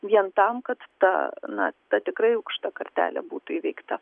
vien tam kad ta na ta tikrai aukšta kartelė būtų įveikta